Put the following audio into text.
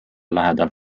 lähedal